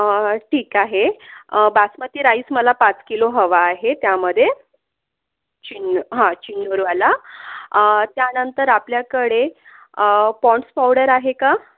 ठीक आहे बासमती राइस मला पाच किलो हवा आहे त्यामध्ये चिंन हा चिन्नोरवाला त्यानंतर आपल्याकडे पाँड्स पावडर आहे का